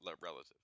relative